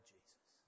Jesus